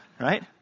right